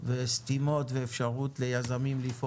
על מי שצריך לפקח, ולאפשר ליזמים ולמשקיעים